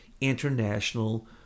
international